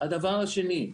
הדבר השני,